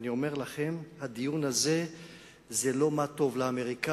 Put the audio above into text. ואני אומר לכם: הדיון הזה הוא לא מה טוב לאמריקנים,